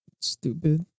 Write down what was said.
Stupid